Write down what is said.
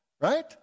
Right